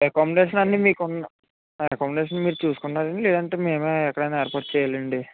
accommodation అన్ని మీకు accommodation మీరు చూసుకున్నారా అండి లేదంటే మేమే ఎక్కడైనా ఏర్పాటు చేయాలా అండి